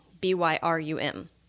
B-Y-R-U-M